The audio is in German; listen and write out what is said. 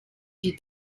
die